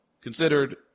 considered